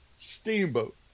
Steamboat